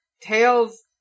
Tails